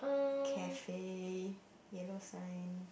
cafe yellow sign